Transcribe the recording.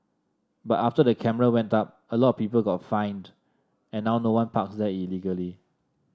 but after the camera went up a lot of people got fined and now no one parks there illegally